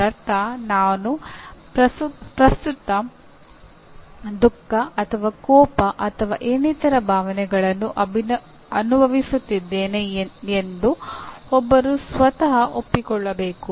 ಇದರರ್ಥ ನಾನು ಪ್ರಸ್ತುತ ದುಃಖ ಅಥವಾ ಕೋಪ ಅಥವಾ ಇನ್ನಿತರ ಭಾವನೆಗಳನ್ನು ಅನುಭವಿಸುತ್ತಿದ್ದೇನೆ ಎಂದು ಒಬ್ಬರು ಸ್ವತಃ ಒಪ್ಪಿಕೊಳ್ಳಬೇಕು